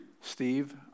Steve